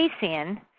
casein